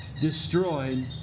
destroyed